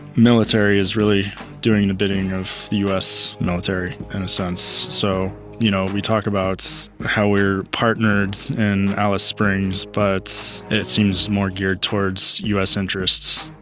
military is really doing the bidding of the us military, in a sense. so you know we talk about how we are partnered in alice springs but it seems more geared towards us interests.